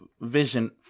vision